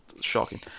shocking